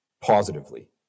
positively